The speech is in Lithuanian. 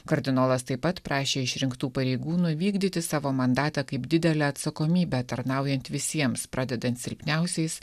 kardinolas taip pat prašė išrinktų pareigūnų vykdyti savo mandatą kaip didelę atsakomybę tarnaujant visiems pradedant silpniausiais